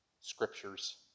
scriptures